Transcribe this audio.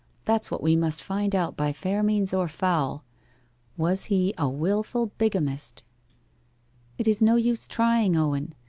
that's what we must find out by fair means or foul was he a wilful bigamist it is no use trying, owen.